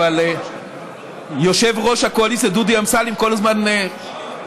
אבל יושב-ראש הקואליציה דודי אמסלם כל הזמן מטיל